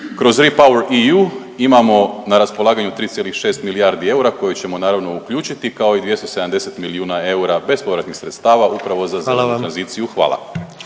razumije/…imamo na raspolaganju 3,6 milijardi eura koje ćemo naravno uključiti, kao i 270 milijuna eura bespovratnih sredstava upravo za…/Upadica predsjednik: Hvala